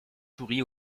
souris